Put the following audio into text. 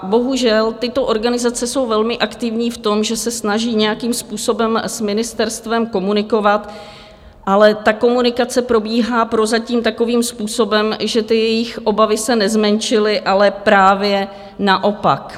Bohužel, tyto organizace jsou velmi aktivní v tom, že se snaží nějakým způsobem s ministerstvem komunikovat, ale ta komunikace probíhá prozatím takovým způsobem, že ty jejich obavy se nezmenšily, ale právě naopak.